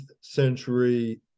century